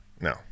no